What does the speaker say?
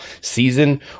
season